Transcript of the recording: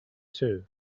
two